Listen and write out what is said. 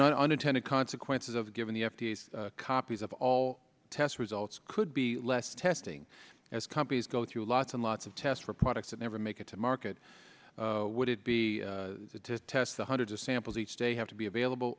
not unintended consequences of giving the f d a copies of all test results could be less testing as companies go through lots and lots of test for products that never make it to market would it be to test the hundreds of samples each day have to be available